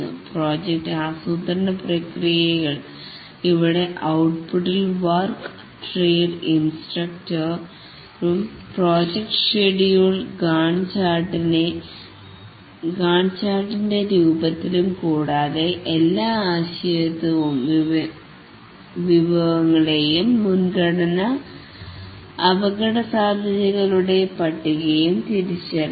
project ആസൂത്രണ പ്രക്രിയകൾ ഇവിടെ ഔട്ട്പുട്ടിൽ വർക്ക് ട്രേഡ് ഇൻസ്ട്രക്ടർ ഉം പ്രോജക്റ്റ് ഷെഡ്യൂൾ ഗാണ്ട് ചാർട്ടിന്റെ രൂപത്തിലും കൂടാതെ എല്ലാ ആശ്രയത്വവും വിഭവങ്ങളെയും മുൻഗണന അപകട സാധ്യതകളുടെ പട്ടികയും തിരിച്ചറിയൽ